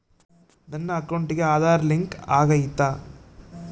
ನನ್ನ ಅಕೌಂಟಿಗೆ ಆಧಾರ್ ಲಿಂಕ್ ಆಗೈತಾ?